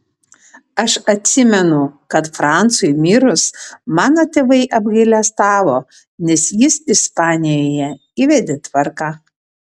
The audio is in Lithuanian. aš atsimenu kad francui mirus mano tėvai apgailestavo nes jis ispanijoje įvedė tvarką